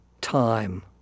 time